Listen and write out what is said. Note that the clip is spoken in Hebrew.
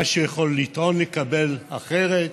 מה הוא יכול לטעון לקבל אחרת,